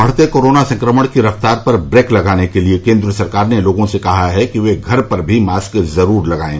बढते कोरोना संक्रमण की रफ्तार पर ब्रेक लगाने के लिये केन्द्र सरकार ने लोगों से कहा है कि वे घर पर भी मास्क जरूर लगाये